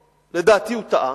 לדעתי, הוא טעה,